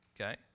Okay